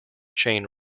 chain